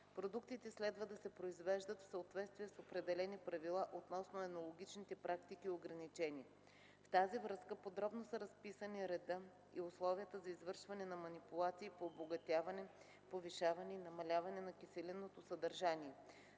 Продуктите следва да се произвеждат в съответствие с определени правила относно енологичните практики и ограничения. В тази връзка подробно са разписани редът и условията за извършване на манипулации по обогатяване, повишаване и намаляване на киселинното съдържание